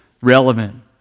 relevant